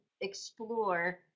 explore